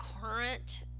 current